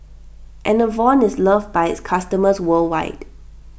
Enervon is loved by its customers worldwide